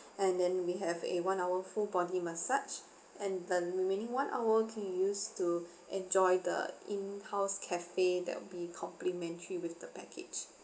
and then we have a one hour full body massage and the remaining one hour can use to enjoy the in house cafe that will be complementary with the package